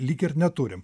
lyg ir neturim